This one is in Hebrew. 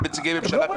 ואין פה נציגי ממשלה.